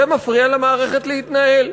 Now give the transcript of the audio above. זה מפריע למערכת להתנהל.